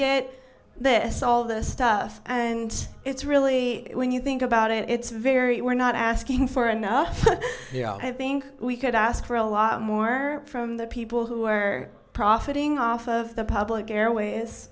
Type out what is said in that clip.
get this all this stuff and it's really when you think about it it's very we're not asking for enough i think we could ask for a lot more from the people who are profiting off of the public airway